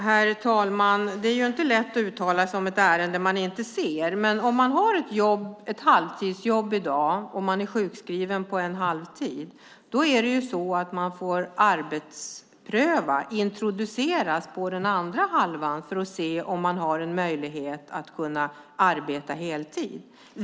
Herr talman! Det är inte lätt att uttala sig om ett ärende man inte ser. Har man ett halvtidsjobb i dag och är sjukskriven på halvtid får man arbetsprövas, introduceras på den andra halvan för att se om man har en möjlighet att kunna arbeta heltid.